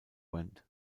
wendt